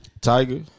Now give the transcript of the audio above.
Tiger